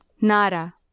Nara